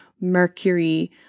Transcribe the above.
Mercury